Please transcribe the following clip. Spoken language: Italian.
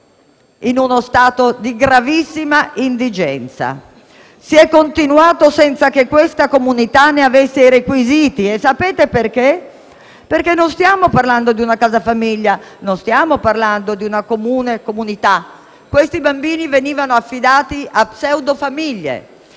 in uno stato di gravissima indigenza. Si è continuato senza che questa comunità ne avesse i requisiti e sapete perché? Perché non stiamo parlando di una casa famiglia, non stiamo parlando di una normale comunità. Questi bambini venivano affidati a pseudofamiglie,